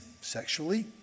sexually